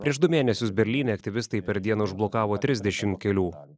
prieš du mėnesius berlyne aktyvistai per dieną užblokavo trisdešimt kelių